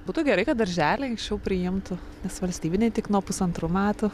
būtų gerai kad darželiai anksčiau priimtų nes valstybiniai tik nuo pusantrų metų